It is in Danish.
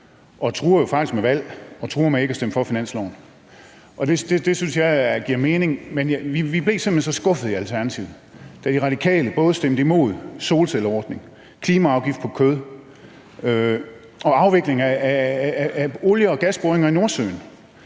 og jo faktisk truer med valg og truer med ikke at stemme for finansloven. Det synes jeg giver mening, men vi blev simpelt hen så skuffede i Alternativet, da De Radikale både stemte imod solcelleordning, klimaafgift på kød og afvikling af olie- og gasboringer i Nordsøen.